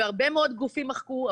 והרבה מאוד גופים מחקו,